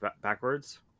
backwards